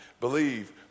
believe